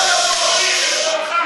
בזכותך.